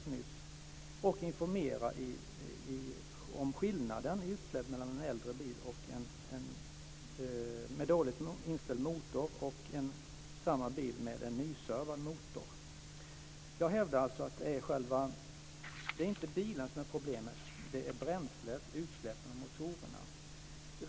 Ett annat sätt är att informera om skillnaden i utsläpp mellan en äldre bil med dåligt inställd motor och samma bil med nyservad motor. Jag hävdar alltså att det inte är bilen som är problemet - det är bränslet, utsläppen och motorerna. Fru talman!